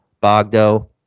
Bogdo